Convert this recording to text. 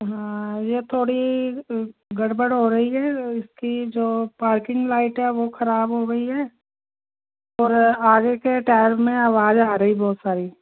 हाँ यह थोड़ी गड़ बड़ हो रही है इसकी जो पार्किंग लाईट है वह ख़राब हो गई है और आगे के टायर में आवाज़ आ रही बहुत सारी